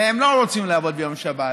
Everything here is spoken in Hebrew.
והם לא רוצים לעבוד ביום שבת.